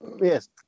Yes